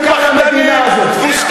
פעם שלישית.